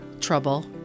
trouble